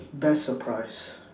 best surprise